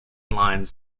lines